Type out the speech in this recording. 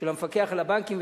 של המפקח על הבנקים,